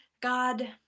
God